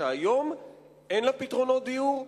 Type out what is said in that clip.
שהיום אין לה פתרונות דיור,